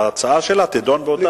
ההצעה שלה תידון באותה ועדה פרלמנטרית.